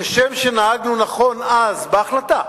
כשם שנהגנו נכון אז בהחלטה,